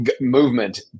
movement